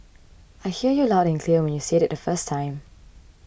I heard you loud and clear when you said it the first time